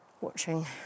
watching